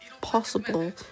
possible